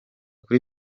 kuri